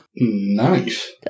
Nice